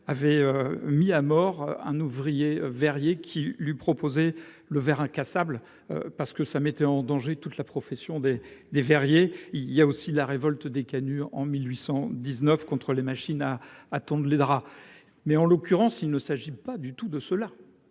avait mis à mort un ouvrier verrier qui lui proposer le verre incassable parce que ça mettait en danger toute la profession des des verriers. Il y a aussi la révolte des canuts en 1819 contres les machines à à ton de l'aidera mais en l'occurrence il ne s'agit pas du tout de cela.